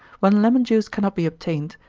when lemon juice cannot be obtained,